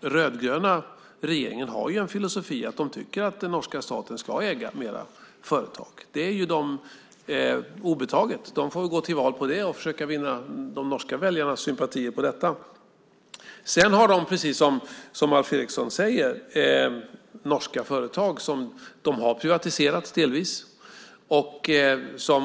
rödgröna regeringen har ju filosofin att de tycker att den norska staten ska äga mer företag. Det är dem obetaget. De får gå till val på det och försöka vinna de norska väljarnas sympatier på detta. Sedan har de, precis som Alf Eriksson säger, norska företag som de delvis har privatiserat.